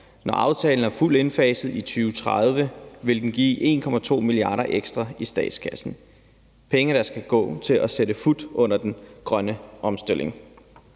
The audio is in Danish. Når aftalen er fuldt indfaset i 2030, vil den give 1,2 mia. kr. ekstra i statskassen, penge, der skal gå til at sætte fut under den grønne omstilling.